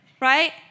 Right